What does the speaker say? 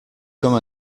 comme